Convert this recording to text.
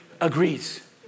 agrees